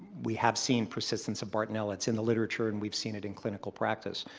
we have seen persistence of bartonella. it's in the literature and we've seen it in clinical practice.